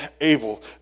able